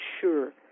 sure